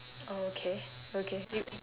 oh okay okay you